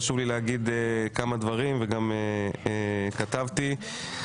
חשוב לי לומר כמה דברים וגם כתבתי אותם.